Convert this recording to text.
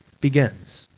begins